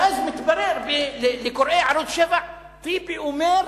ואז מתברר לקוראי ערוץ-7: טיבי אומר: